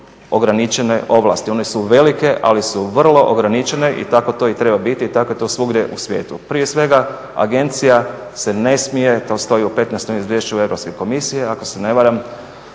ograničene ovlasti. One su velike, ali su vrlo ograničene i tako to i treba biti i tako je to svugdje u svijetu. Prije svega agencija se ne smije, to stoji u 15. izvješću Europske komisije ako se ne varam